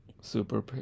Super